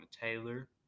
Taylor